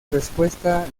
respuesta